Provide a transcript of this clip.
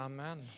Amen